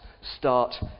start